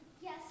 Yes